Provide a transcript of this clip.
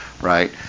right